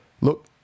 Look